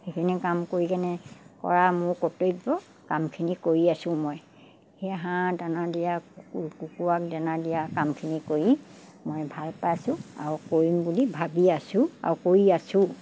সেইখিনি কাম কৰি কেনে কৰা মোৰ কৰ্তব্য কামখিনি কৰি আছো মই সেই হাঁহ দানা দিয়া কুকুৰাক দানা দিয়া কামখিনি কৰি মই ভাল পাইছোঁ আৰু কৰিম বুলি ভাবি আছো আৰু কৰি আছোও